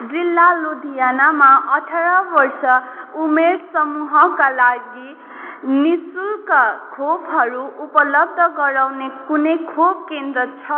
जिल्ला लुधियानामा अठार वर्ष उमेर समूहका लागि नि शुल्क खोपहरू उपलब्ध गराउने कुनै खोप केन्द्र छ